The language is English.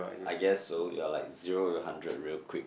I guess so you're like zero to hundred real quick